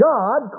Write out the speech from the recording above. God